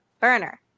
Burner